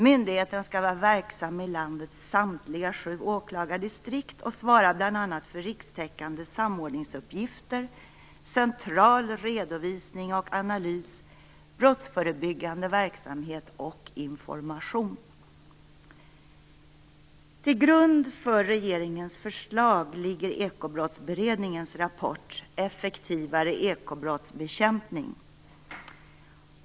Myndigheten skall vara verksam i landets samtliga sju åklagardistrikt och svara för bl.a. rikstäckande samordningsuppgifter, central redovisning och analys, brottsförebyggande verksamhet och information. Till grund för regeringens förslag ligger ekobrottsberedningens rapport Effektivare ekobrottsbekämpning.